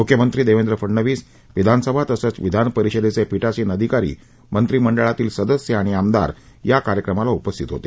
मुख्यमंत्री देवेंद्र फडणवीस विधानसभा तसंच विधानपरिषदेचे पीठासन अधिकारी मंत्रीमंडळातील सदस्य आणि आमदार या कार्यक्रमाला उपस्थित होते